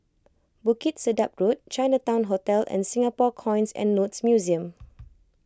Bukit Sedap Road Chinatown Hotel and Singapore Coins and Notes Museum